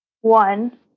One